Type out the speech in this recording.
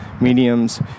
mediums